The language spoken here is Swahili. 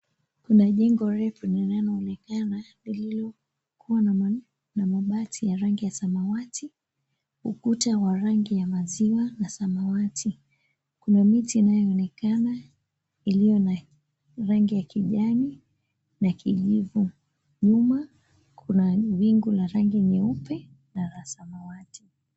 Kuna jengo refu linaloonekana lililokua na mabati ya rangi ya samawati, ukuta wa rangi ya maziwa na samawati. Kuna miti inayoonekana ilio na rangi ya kijani na kijivu. Nyuma kuna wingu la rangi nyeupe na la samawati.